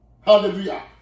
Hallelujah